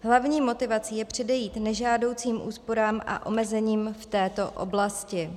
Hlavní motivací je předejít nežádoucím úsporám a omezením v této oblasti.